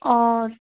অঁ